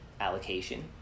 allocation